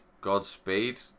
Godspeed